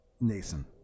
Nason